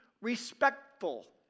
respectful